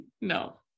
No